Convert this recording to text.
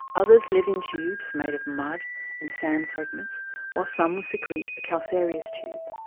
others live in tubes made of mud and sand fragments while some secrete a calcareous tube,